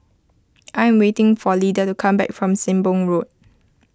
I am waiting for Lida to come back from Sembong Road